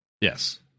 Yes